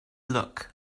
look